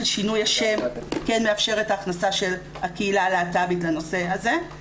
שינוי השם כן מאפשר את ההכנסה של הקהילה הלהט"בית לנושא הזה.